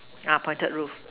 ah pointed roof